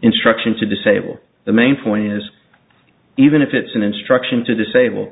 instruction to disable the main point is even if it's an instruction to disable